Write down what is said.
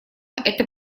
это